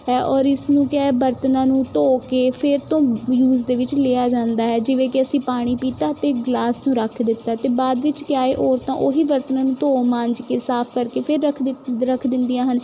ਹੈ ਔਰ ਇਸ ਨੂੰ ਕਿਆ ਹੈ ਬਰਤਨਾਂ ਨੂੰ ਧੋ ਕੇ ਫਿਰ ਤੋਂ ਯੂਜ ਦੇ ਵਿੱਚ ਲਿਆ ਜਾਂਦਾ ਹੈ ਜਿਵੇਂ ਕਿ ਅਸੀਂ ਪਾਣੀ ਪੀਤਾ ਅਤੇ ਗਲਾਸ ਨੂੰ ਰੱਖ ਦਿੱਤਾ ਅਤੇ ਬਾਅਦ ਵਿੱਚ ਕਿਆ ਹੈ ਔਰਤਾਂ ਉਹ ਹੀ ਬਰਤਨਾਂ ਨੂੰ ਧੋ ਮਾਂਜ ਕੇ ਸਾਫ਼ ਕਰਕੇ ਫੇਰ ਰੱਖ ਦਿੰ ਰੱਖ ਦਿੰਦੀਆਂ ਹਨ